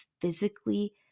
physically